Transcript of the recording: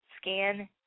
Scan